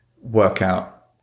workout